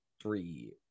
three